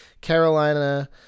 Carolina